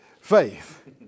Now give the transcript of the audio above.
faith